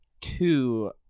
two